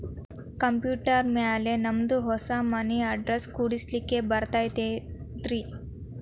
Computer ಮ್ಯಾಲೆ ನಮ್ದು ಹೊಸಾ ಮನಿ ಅಡ್ರೆಸ್ ಕುಡ್ಸ್ಲಿಕ್ಕೆ ಬರತೈತ್ರಿ?